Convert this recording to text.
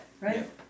right